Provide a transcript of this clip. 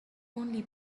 only